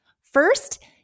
First